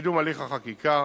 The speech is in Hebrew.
לקידום הליך החקיקה.